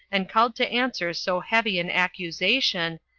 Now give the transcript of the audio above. and called to answer so heavy an accusation,